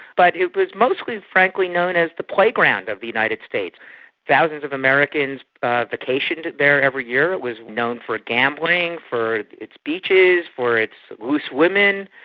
but it was mostly, frankly, known as the playground of the united states of americans vacationed there every year, it was known for gambling, for its beaches, for its loose women,